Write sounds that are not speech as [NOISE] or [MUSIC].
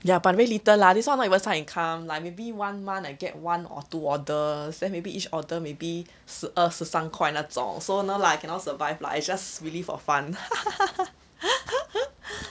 ya but very little lah this one not even some income like maybe one month I get one or two orders then maybe each order maybe 十二十三块那种 so no lah cannot survive lah it's just really for fun [LAUGHS]